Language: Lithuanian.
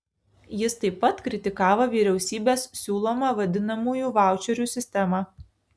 jis taip pat kritikavo vyriausybės siūlomą vadinamųjų vaučerių sistemą